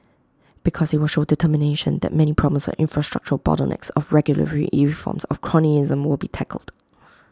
because IT will show determination that many problems of infrastructural bottlenecks of regulatory reforms of cronyism will be tackled